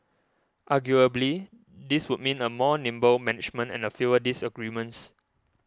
arguably this would mean a more nimble management and a fewer disagreements